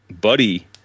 Buddy